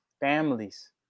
families